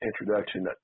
introduction